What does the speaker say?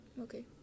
okay